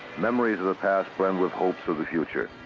memories of the past blend with hopes for the future.